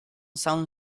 sound